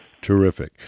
Terrific